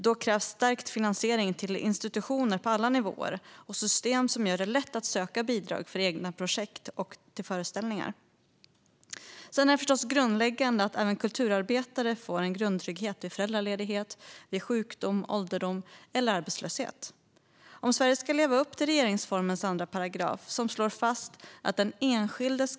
Då krävs stärkt finansiering till institutioner på alla nivåer och system som gör det lätt att söka bidrag för egna projekt och föreställningar. Sedan är det förstås grundläggande att även kulturarbetare får en grundtrygghet vid föräldraledighet, sjukdom, ålderdom eller arbetslöshet. Om Sverige ska leva upp till regeringsformens 2 §, som slår fast att den "enskildes .